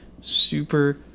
super